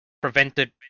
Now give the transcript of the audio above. prevented